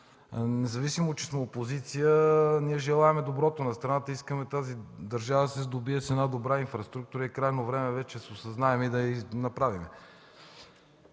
Независимо че сме опозиция, ние желаем доброто на страната и искаме тази държава да се сдобие с една добра инфраструктура и е крайно време вече да се осъзнаем и да я направим.